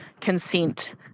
consent